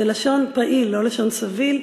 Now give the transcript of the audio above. זה לשון פעיל ולא לשון סביל.